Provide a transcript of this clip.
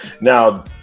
Now